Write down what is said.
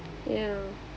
ya